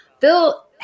Bill